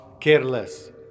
careless